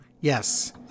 yes